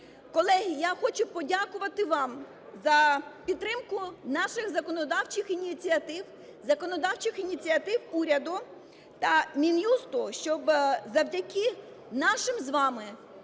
Колеги, я хочу подякувати вам за підтримку наших законодавчих ініціатив, законодавчих ініціатив уряду та Мін'юсту, щоб завдяки нашим з вами